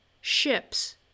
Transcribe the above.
ships